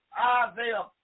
Isaiah